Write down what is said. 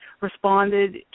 responded